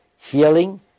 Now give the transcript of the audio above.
healing